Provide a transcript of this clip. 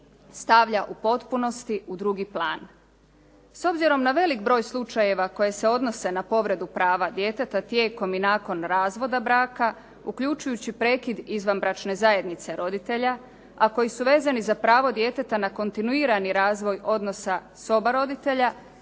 stavlja u potpunosti u drugi plan. S obzirom na velik broj slučajeva koja se odnose na povredu prava djeteta tijekom i nakon razvoda braka uključujući prekid izvanbračne zajednice roditelja, a koji su vezani za pravo djeteta na kontinuirani razvoj odnosa s oba roditelja